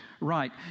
right